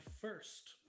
first